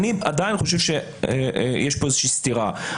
ואני עדיין חושב שיש פה איזושהי סתירה.